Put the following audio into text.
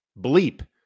bleep